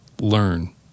Learn